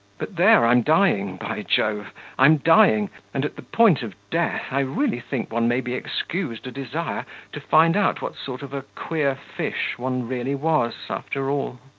but there, i'm dying, by jove i'm dying, and at the point of death i really think one may be excused a desire to find out what sort of a queer fish one really was after all.